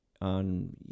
on